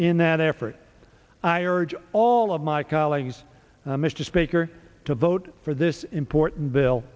in that effort i urge all of my colleagues mr speaker to vote for this important bill